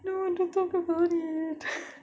no don't talk about it